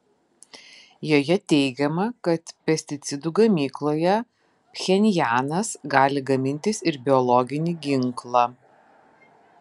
joje teigiama kad pesticidų gamykloje pchenjanas gali gamintis ir biologinį ginklą